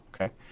Okay